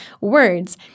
words